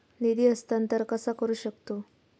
निधी हस्तांतर कसा करू शकतू?